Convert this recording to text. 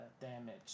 damage